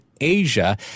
Asia